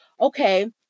okay